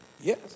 Yes